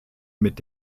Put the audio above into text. mit